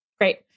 Great